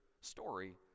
story